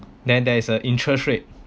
then there is a interest rate